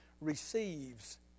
receives